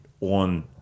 on